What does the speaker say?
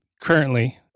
currently